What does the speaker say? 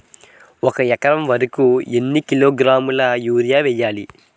ఒక ఎకర వరి కు ఎన్ని కిలోగ్రాముల యూరియా వెయ్యాలి?